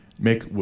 make